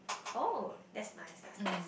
oh that's nice that's nice